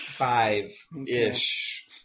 Five-ish